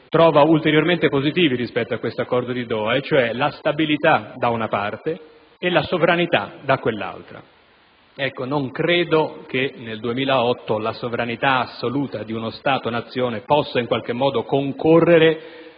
trova ulteriormente positivi rispetto agli Accordi di Doha: la stabilità da una parte e la sovranità dall'altra. Ecco, non credo che nel 2008 la sovranità assoluta di uno Stato Nazione possa, in qualche modo, concorrere